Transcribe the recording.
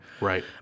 Right